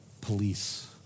police